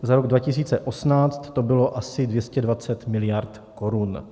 Za rok 2018 to bylo asi 220 miliard korun.